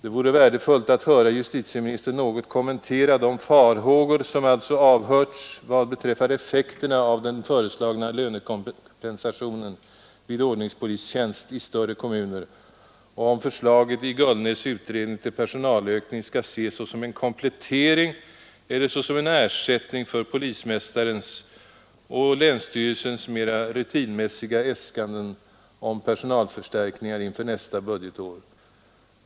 Det vore värdefullt att höra justitieministern något kommentera de farhågor som alltså avhörts vad beträffar dels effekterna av den föreslagna lönekompensationen vid ordningspolistjänst i större kommuner, dels huruvida förslaget i Gullnäs” utredning till personalökning skall ses såsom komplettering eller såsom ersättning för polismästarens och länsstyrelsens mera rutinmässiga äskanden om personalförstärkningar inför nästa budgetår.